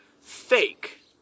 fake